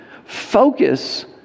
focus